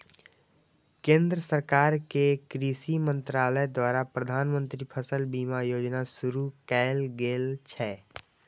केंद्र सरकार के कृषि मंत्रालय द्वारा प्रधानमंत्री फसल बीमा योजना शुरू कैल गेल छै